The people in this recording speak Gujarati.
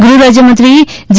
ગૃહ રાજ્યમંત્રી જી